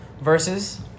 versus